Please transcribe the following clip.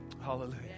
Hallelujah